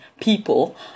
people